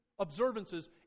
observances